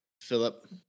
Philip